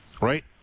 right